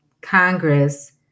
Congress